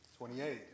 28